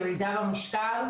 ירידה במשקל,